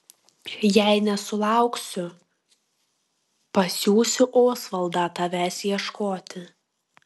jei nesulauksiu pasiųsiu osvaldą tavęs ieškoti